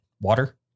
water